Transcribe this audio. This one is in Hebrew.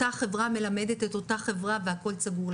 אותה חברה מלמדת את אותה חברה והכל סגור.